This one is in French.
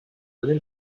donner